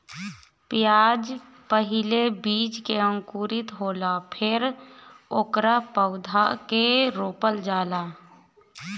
प्याज पहिले बीज से अंकुरित होला फेर ओकरा पौधा के रोपल जाला